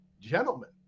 Gentlemen